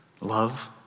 love